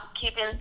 keeping